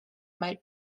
might